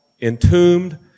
entombed